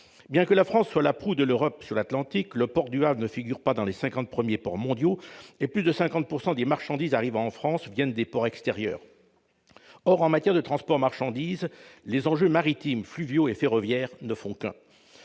Bien que la France constitue la proue de l'Europe sur l'Atlantique, le port du Havre ne figure pas dans les cinquante premiers ports mondiaux, et plus de 50 % des marchandises arrivant en France transitent par des ports étrangers. Or, en matière de transport de marchandises, les enjeux maritimes, fluviaux et ferroviaires se rejoignent.